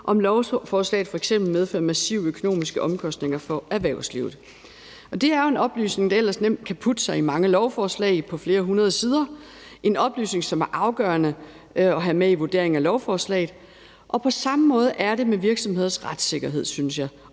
om lovforslaget f.eks. medfører massive økonomiske omkostninger for erhvervslivet. Det er jo en oplysning, der ellers nemt kan putte sig i mange lovforslag på flere hundrede sider. Det er en oplysning, som er afgørende at have med i vurderingen af lovforslaget. På samme måde er det med virksomheders retssikkerhed, synes jeg,